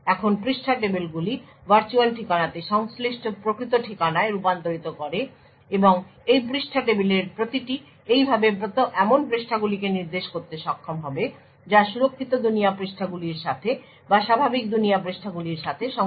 এখন পৃষ্ঠা টেবিলগুলি ভার্চুয়াল ঠিকানাটিকে সংশ্লিষ্ট প্রকৃত ঠিকানায় রূপান্তরিত করে এবং এই পৃষ্ঠা টেবিলের প্রতিটি এইভাবে এমন পৃষ্ঠাগুলিকে নির্দেশ করতে সক্ষম হবে যা সুরক্ষিত দুনিয়া পৃষ্ঠাগুলির সাথে বা স্বাভাবিক দুনিয়া পৃষ্ঠাগুলির সাথে সংযুক্ত